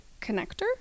connector